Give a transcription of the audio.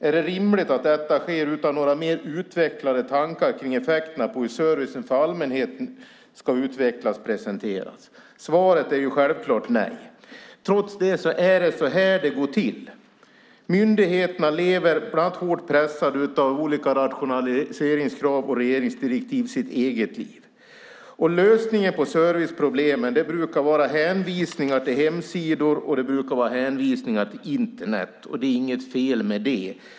Är det rimligt att detta sker utan några mer utvecklade tankar kring effekterna på hur servicen för allmänheten ska utvecklas och presenteras? Svaret på frågan är självklart nej. Ändå är det så det går till. Hårt pressade av olika rationaliseringskrav och regeringsdirektiv lever myndigheterna sitt eget liv. Lösningen på serviceproblemen brukar vara hänvisningar till hemsidor och Internet. Det är inget fel med det.